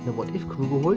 what if crew. a